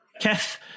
Keth